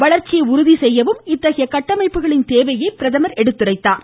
வளர்ச்சியை உறுதி செய்யவும் இத்தகைய கட்டமைப்புகளின் தேவையை அவர் எடுத்துரைத்தார்